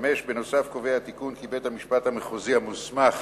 5. בנוסף קובע התיקון כי בית-המשפט המחוזי המוסמך